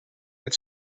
het